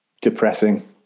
depressing